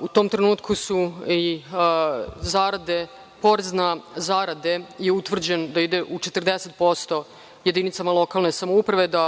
U tom trenutku je porez na zarade utvrđen da ide u 40% jedinica lokalne samouprave, da